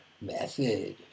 method